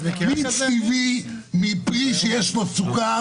מיץ טבעי מפרי שיש בו סוכר,